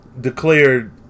declared